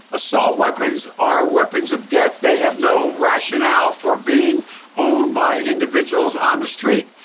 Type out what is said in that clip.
assault weapons are weapons of death. they have no rationale for being owned by individuals on the street.